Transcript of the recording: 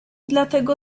dlatego